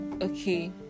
okay